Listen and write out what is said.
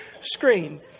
screen